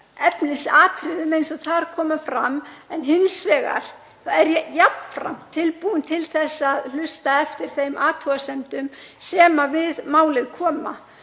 efnisatriðum eins og þar koma fram. Hins vegar er ég jafnframt tilbúin til að hlusta eftir þeim athugasemdum sem við málið koma